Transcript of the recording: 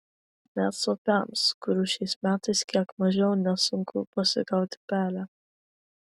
net suopiams kurių šiais metais kiek mažiau nesunku pasigauti pelę